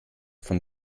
von